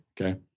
okay